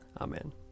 amen